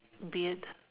beard